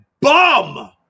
bum